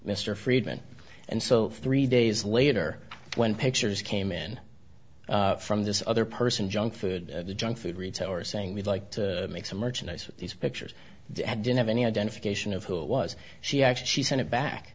mr friedman and so three days later when pictures came in from this other person junkfood the junk food retailer saying we'd like to make some merchandise these pictures didn't have any identification of who it was she actually she